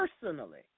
personally